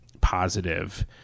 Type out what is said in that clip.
positive